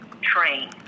train